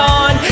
on